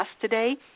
today